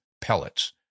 pellets